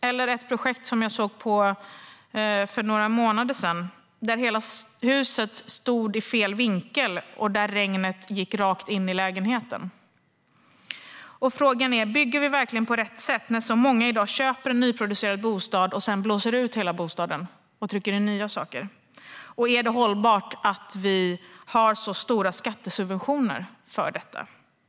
I ett projekt som jag såg för några månader sedan stod hela huset i fel vinkel, och regnet gick rakt in lägenheten. Frågan är: Bygger vi verkligen på rätt sätt när så många i dag köper en nyproducerad bostad och sedan blåser ut hela bostaden och trycker in nya saker? Och är det hållbart att vi har så stora skattesubventioner för detta?